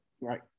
right